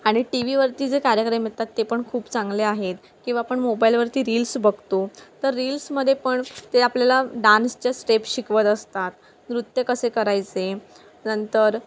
आणि टी व्हीवरती जे कार्यक्रम येतात ते पण खूप चांगले आहेत किंवा आपण मोबाईलवरती रील्स बघतो तर रील्समध्ये पण ते आपल्याला डान्सच्या स्टेप शिकवत असतात नृत्य कसे करायचे नंतर